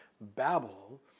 Babel